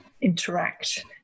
interact